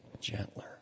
gentler